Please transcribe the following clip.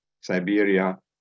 Siberia